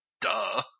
Duh